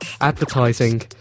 advertising